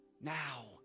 Now